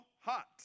hot